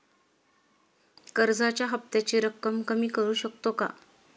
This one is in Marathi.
कर्जाच्या हफ्त्याची रक्कम कमी करू शकतो का?